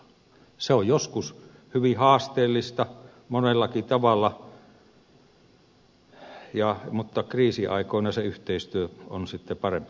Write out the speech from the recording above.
se on joskus hyvin haasteellista monellakin tavalla mutta kriisiaikoina se yhteistyö on sitten parempaa